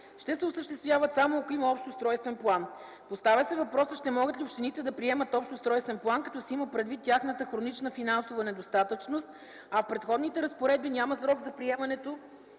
ще се осъществяват, само ако има Общ устройствен план. Поставя се въпросът: ще могат ли общините да приемат Общ устройствен план, като се има предвид тяхната хронична финансова недостатъчност, а в Преходните разпоредби няма срок за приемането